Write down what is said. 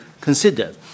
consider